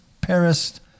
Paris